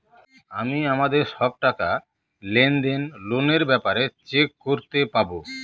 আমি আমাদের সব টাকা, লেনদেন, লোনের ব্যাপারে চেক করতে পাবো